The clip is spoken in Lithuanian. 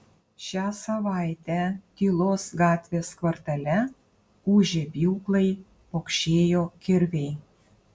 šią savaitę tylos gatvės kvartale ūžė pjūklai pokšėjo kirviai